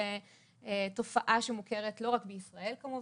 זו תופעה שמוכרת לא רק בישראל כמובן,